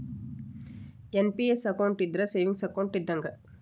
NPS account ಇದ್ರ savings account ಇದ್ದಂಗ